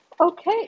Okay